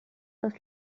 das